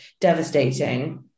devastating